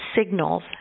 signals